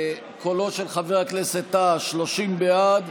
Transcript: קולו של חבר הכנסת טאהא, 30 בעד,